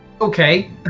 Okay